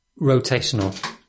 rotational